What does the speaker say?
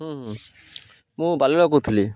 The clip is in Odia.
ହୁଁ ହୁଁ ମୁଁ କହୁଥିଲି